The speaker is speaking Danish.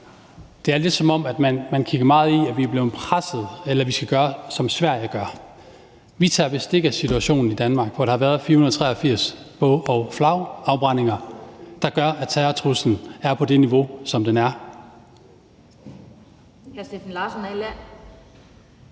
Det er lidt, som om man fokuserer meget på, at vi er blevet presset, eller at vi skal gøre, som Sverige gør. Vi tager bestik af situationen i Danmark, hvor der har været 483 bog- og flagafbrændinger, der gør, at terrortruslen er på det niveau, som det er.